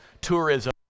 tourism